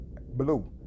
Blue